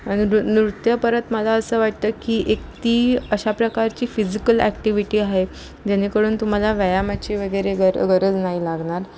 आणि नृ नृत्य परत मला असं वाटतं की एक ती अशा प्रकारची फिजिकल ॲक्टिव्हिटी आहे जेणेकरून तुम्हाला व्यायामाची वगैरे गर गरज नाही लागणार